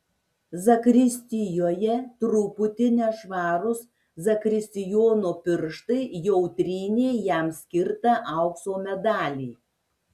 zakristijoje truputį nešvarūs zakristijono pirštai jau trynė jam skirtą aukso medalį